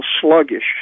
sluggish